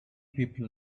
people